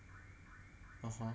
(uh huh)